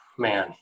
Man